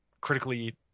critically